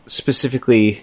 specifically